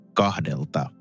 kahdelta